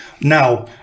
now